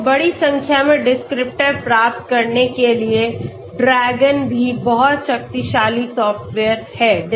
तो बड़ी संख्या में डिस्क्रिप्टर प्राप्त करने के लिए DRAGON भी बहुत शक्तिशाली सॉफ्टवेयर है